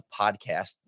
Podcast